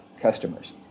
customers